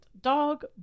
dog